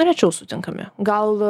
rečiau sutinkami gal